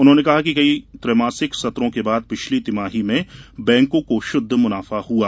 उन्होंने कहा कि कई त्रैमासिक सत्रों के बाद पिछली तिमाही में बैंकों को शद्द मुनाफा हुआ